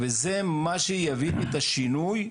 זה מה שיביא את השינוי.